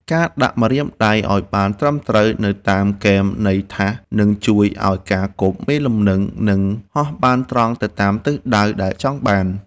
ការដាក់ម្រាមដៃឱ្យបានត្រឹមត្រូវនៅតាមគែមនៃថាសនឹងជួយឱ្យការគប់មានលំនឹង និងហោះបានត្រង់ទៅតាមទិសដៅដែលចង់បាន។